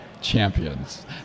champions